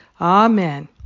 Amen